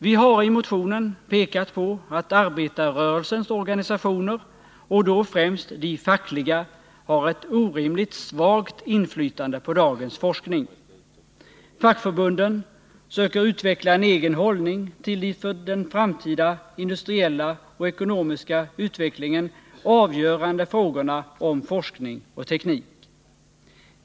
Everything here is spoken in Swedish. Vi har i motionen pekat på att arbetarrörelsens organisationer, och då främst de fackliga, har ett orimligt svagt inflytande på dagens forskning. Fackförbunden söker utveckla en egen hållning till de för den framtida industriella och ekonomiska utvecklingen avgörande frågorna om forskning och teknik.